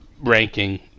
ranking